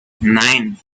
nine